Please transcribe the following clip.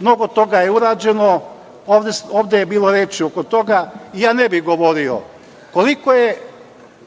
Mnogo toga je urađeno, ovde je bilo reči oko toga. Ja ne bih govorio koliko je